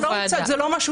זה לא הוצג.